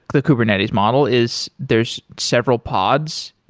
the kubernetes model is there's several pods,